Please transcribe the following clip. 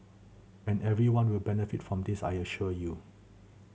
and everyone will benefit from this I assure you